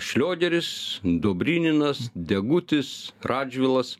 šliogeris dobryninas degutis radžvilas